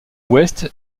ouest